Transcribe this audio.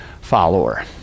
follower